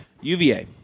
UVA